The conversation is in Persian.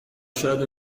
شاید